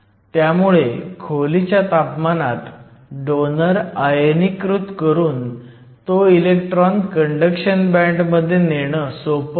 त्यामुळे खोलीच्या तापमानात डोनर आयनीकृत करून तो इलेक्ट्रॉन कंडक्शन बँड मध्ये नेणे सोपं आहे